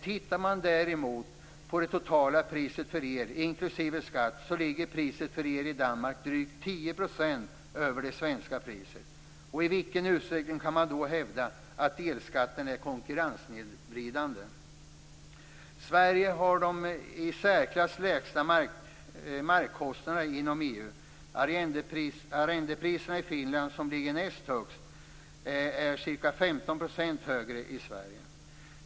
Tittar man däremot på det totala priset för el, inklusive skatt, ligger priset för el i Danmark drygt 10 % över det svenska priset. I vilken utsträckning kan man då hävda att elskatten är konkurrenssnedvridande? Sverige har de i särklass lägsta markkostnaderna inom EU. Arrendepriserna i Finland, som ligger näst lägst, är ca 50 % högre än i Sverige.